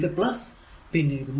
ഇത് പിന്നെ ഇത്